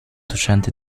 docente